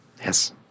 Yes